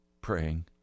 praying